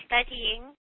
studying